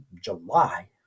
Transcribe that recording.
July